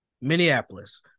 Minneapolis